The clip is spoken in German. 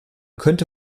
könnte